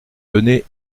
donner